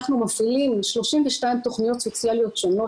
אנחנו מפעילים 32 תכניות סוציאליות שונות